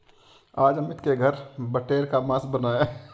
आज अमित के घर बटेर का मांस बन रहा है